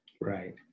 Right